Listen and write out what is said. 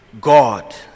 God